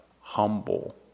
humble